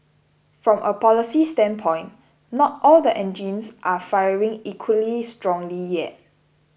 from a policy standpoint not all the engines are firing equally strongly yet